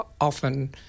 often